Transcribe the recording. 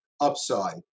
upside